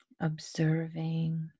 observing